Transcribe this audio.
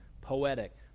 poetic